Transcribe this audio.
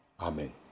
Amen